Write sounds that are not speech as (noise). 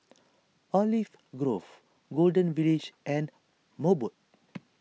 Olive Grove Golden Village and Mobot (noise)